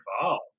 involved